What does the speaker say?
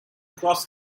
cross